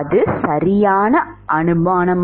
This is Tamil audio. அது சரியான அனுமானமா